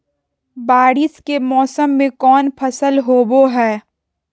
बारिस के मौसम में कौन फसल होबो हाय?